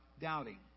doubting